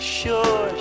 sure